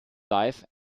life